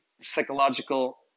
psychological